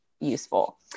useful